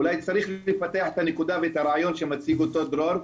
אולי צריך לפתח את הנקודה ואת הרעיון שמציג אותו דרור.